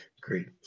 Great